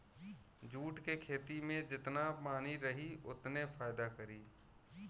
jute के खेती में जेतना पानी रही ओतने फायदा करी